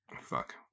Fuck